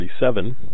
1947